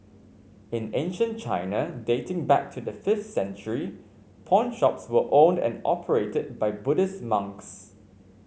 in ancient China dating back to the fifth century pawnshops were owned and operated by Buddhist monks